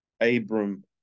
Abram